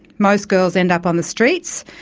most girls and up on the streets,